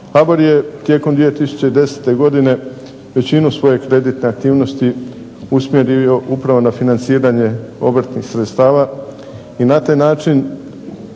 HBOR je tijekom 2010. godine većinu svoje kreditne aktivnosti usmjerio upravo na financiranje obrtnih sredstava i na taj način